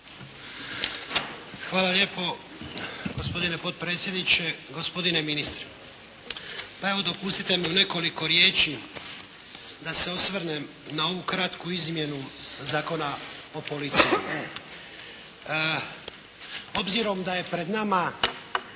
Hvala lijepo. Gospodine potpredsjedniče, gospodine ministre. Pa evo dopustite mi u nekoliko riječi da se osvrnem na ovu kratku izmjenu Zakona o policiji. Obzirom da je pred nama